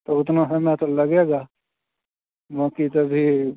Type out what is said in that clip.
तो उतना समय तो लगेगा बाक़ी तो अभी